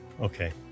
okay